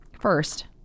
first